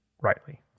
rightly